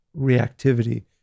reactivity